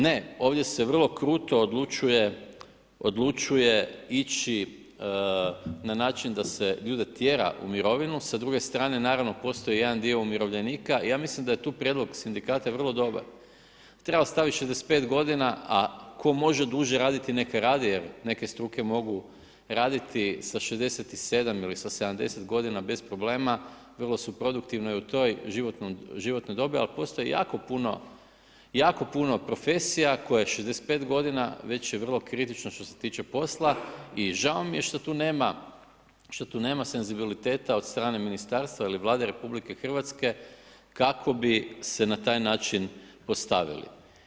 Ne, ovdje se vrlo kruto odlučuje, odlučuje ići na način da se ljude tjera u mirovinu, sa druge strane naravno postoji jedan dio umirovljenika, ja mislim da je tu prijedlog sindikata vrlo dobar, treba ostavi 65 godina, a ko može duže raditi neka radi jer neke struke mogu raditi sa 67 ili sa 70 godina bez problema, vrlo su produktivne u toj životnoj dobi al postoji jako puno, jako puno profesija koje 65 godina već je vrlo kritično što se tiče posla i žao mi je što tu nema senzibiliteta od strane ministarstva ili Vlade RH kako bi se na taj način postavili.